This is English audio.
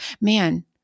Man